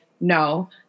no